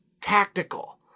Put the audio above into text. tactical